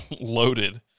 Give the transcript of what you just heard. loaded